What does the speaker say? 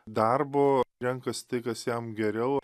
darbo renkas tai kas jam geriau